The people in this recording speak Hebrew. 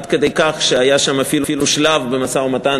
עד כדי כך שהיה שם אפילו שלב במשא-ומתן,